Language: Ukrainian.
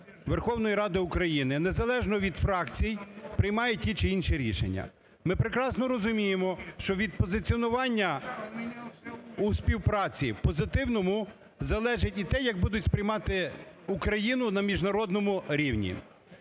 Верховної Ради України не залежно від фракцій приймає ті чи інші рішення. Ми прекрасно розуміємо, що від позиціонування у співпраці позитивному залежить і те, як будуть сприймати Україну на міжнародному рівні.